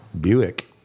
Buick